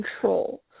control